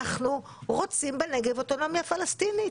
אנחנו רוצים בנגב אוטונומיה פלסטינית.